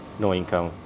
no income